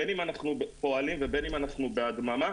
בין אם אנחנו פועלים ובין אם אנחנו בהדממה.